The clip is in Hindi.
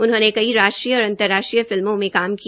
उन्होंने कई राष्ट्रीय और अंतर्राष्ट्रीय फिल्मों में काम किया